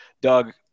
Doug